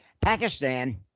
Pakistan